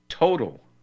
Total